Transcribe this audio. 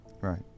Right